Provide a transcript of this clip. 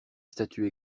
statue